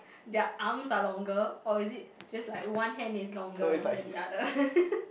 their arms are longer or is it just like one hand is longer than the other